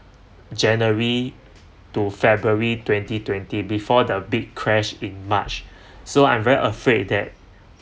january to february twenty twenty before the big crash in march so I'm very afraid that